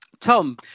Tom